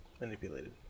manipulated